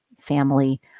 family